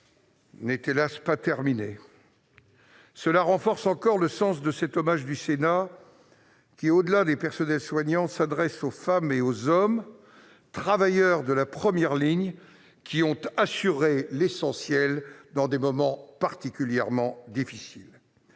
n'est pas terminée ! Cela renforce encore le sens de cet hommage du Sénat : au-delà du personnel soignant, il s'adresse aux femmes et aux hommes qui, travailleurs de la première ligne, ont assuré l'essentiel dans des moments particulièrement difficiles.